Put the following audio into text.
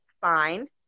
fine